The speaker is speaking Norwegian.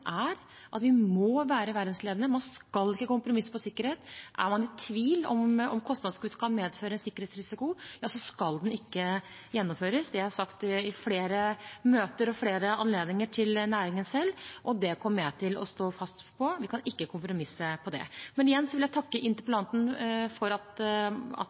at vi må være verdensledende, man skal ikke kompromisse på sikkerhet. Er man i tvil om kostnadskutt kan medføre en sikkerhetsrisiko, skal det ikke gjennomføres. Det har jeg sagt i flere møter og ved flere anledninger til næringen selv, og det kommer jeg til å stå fast på. Vi kan ikke kompromisse på det. Igjen vil jeg takke interpellanten for at